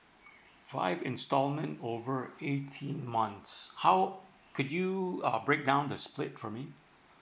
five installment over eighteen months how could you uh breakdown the split for me